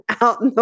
out